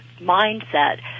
mindset